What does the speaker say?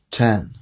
ten